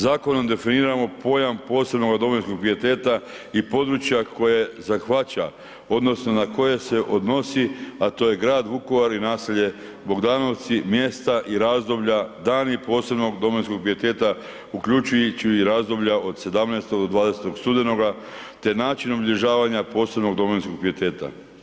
Zakonom definiramo pojam posebnog domovinskog pijeteta i područja koje zahvaća odnosno na koje se odnosi, a to je grad Vukovar i naselje Bogdanovci, mjesta i razdoblja, dani posebnog domovinskog pijeteta uključujući i razdoblja od 17. do 20. studenoga, te načinom obilježavanja posebnog domovinskog pijeteta.